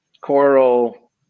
coral